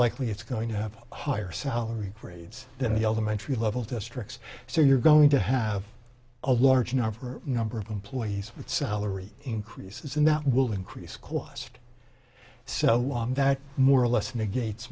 it's going to have higher salary grades than the elementary level districts so you're going to have a large number number of employees with salary increases and that will increase cost so that more or less negates